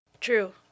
True